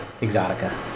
exotica